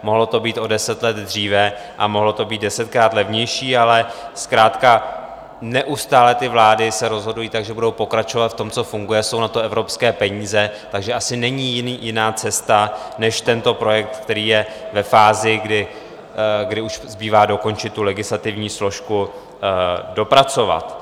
Mohlo to být o deset let dříve a mohlo to být desetkrát levnější, ale zkrátka neustále se vlády rozhodují tak, že budou pokračovat v tom, co funguje, jsou na to evropské peníze, takže asi není jiná cesta než tento projekt, který je ve fázi, kdy už zbývá dokončit jen legislativní složku a dopracovat.